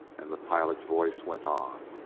and the pilot's voice went on,